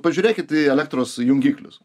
pažiūrėkit į elektros jungiklius